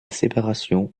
séparation